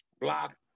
block